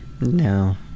No